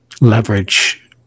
leverage